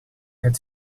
had